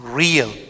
real